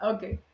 Okay